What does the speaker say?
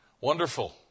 wonderful